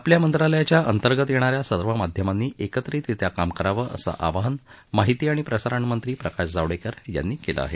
आपल्या मंत्रालयाच्या अंतर्गत येणाऱ्या सर्व माध्यमांनी एकत्रित रित्या काम करावं असं आवाहन माहिती आणि प्रसारणमंत्री प्रकाश जावडेकर यांनी केलं आहे